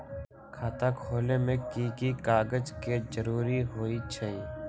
खाता खोले में कि की कागज के जरूरी होई छइ?